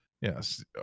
Yes